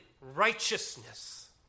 righteousness